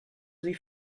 sie